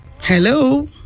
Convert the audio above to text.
Hello